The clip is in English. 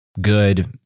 good